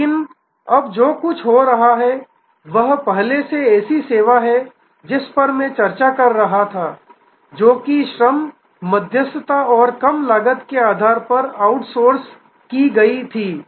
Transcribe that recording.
लेकिन अब जो कुछ हो रहा है वह पहले ऐसी सेवा है जिस पर मैं चर्चा कर रहा था जो कि श्रम मध्यस्थता और कम लागत के आधार पर आउटसोर्स की गई थी